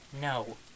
No